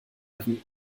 ihren